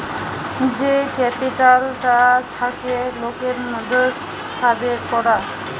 যেই ক্যাপিটালটা থাকে লোকের মধ্যে সাবের করা